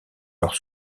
leur